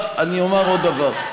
יש גם כמה דברים אחרים שיש